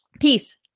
Peace